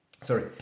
Sorry